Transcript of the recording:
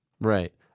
Right